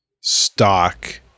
stock